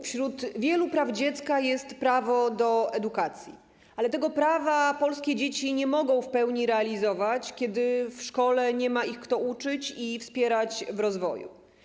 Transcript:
Wśród wielu praw dziecka jest prawo do edukacji, ale tego prawa polskie dzieci nie mogą w pełni realizować, kiedy w szkole nie ma ich kto uczyć i wspierać w rozwoju.